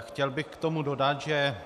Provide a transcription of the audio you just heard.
Chtěl bych k tomu dodat, že